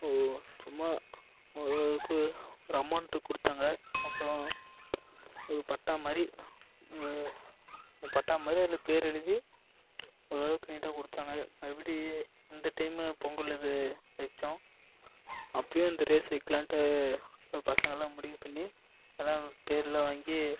ஒ சும்மா ஓரளவுக்கு ஒரு அமௌண்ட் கொடுத்தாங்க அப்புறம் ஒரு பட்டா மாதிரி ஒரு பட்டா மாதிரி அதில் பேர் எழுதி ஓரளவுக்கு நீட்டாக கொடுத்தாங்க மறுபடி இந்த டைம் பொங்கல்து வச்சோம் அப்பயும் இந்த ரேஸ் வைக்கலாம்ட்டு அப்போ பசங்களாம் முடிவு பண்ணி எல்லாம் பேர் எல்லாம் வாங்கி